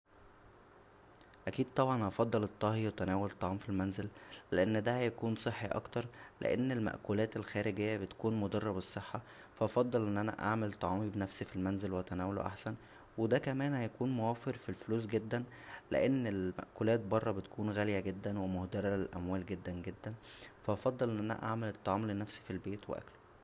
اكيد طبعا هفضل الطهى وتناول الطعام فالمنزل لان دا هيكون صحى اكتر لان الماكولات الخارجيه بتكون مضره بالصحه فا افضل ان انا اعمل طعابى بنفسى فالمنزل واتناوله احسن و دا كمان هيكون موفر فالفلوس جدا لان الماكولات برا بتكون غاليه جدا ومهدره للاموال جدا جدا فا هفضل ان انا اعمل الطعام لنفسى فالبيت واكله